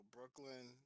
Brooklyn